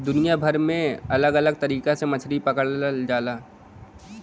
दुनिया भर में अलग अलग तरीका से मछरी पकड़ल जाला